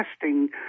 testing